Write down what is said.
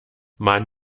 man